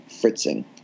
fritzing